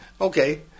Okay